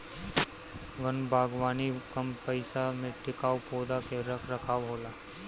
वन बागवानी कम पइसा में टिकाऊ पौधा के रख रखाव होला